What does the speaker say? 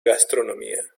gastronomía